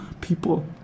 people